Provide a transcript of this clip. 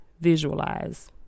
visualize